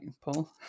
Paul